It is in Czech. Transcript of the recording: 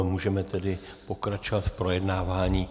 Můžeme tedy pokračovat v projednávání.